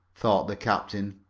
thought the captain,